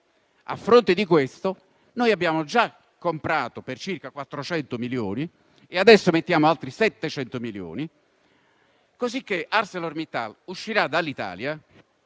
A fronte di questo, abbiamo già comprato per circa 400 milioni e adesso ne mettiamo altri 700, così che la società ArcelorMittal uscirà dall'Italia